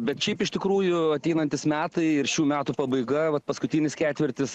bet šiaip iš tikrųjų ateinantys metai ir šių metų pabaiga vat paskutinis ketvirtis